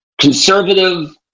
conservative